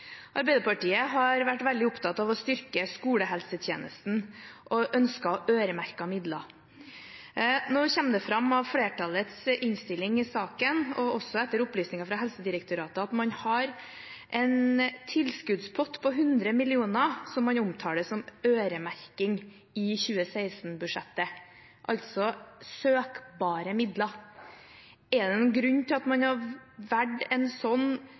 Arbeiderpartiet har vært veldig opptatt av å styrke skolehelsetjenesten og ønsker å øremerke midler. Nå kommer det fram av flertallets innstilling i saken og også etter opplysninger fra Helsedirektoratet at man har en tilskuddspott i 2016-budsjettet på 100 mill. kr som man omtaler som øremerking, altså søkbare midler. Er det noen grunn til at man har valgt en sånn